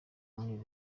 muri